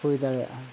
ᱦᱩᱭ ᱫᱟᱲᱮᱭᱟᱜᱼᱟ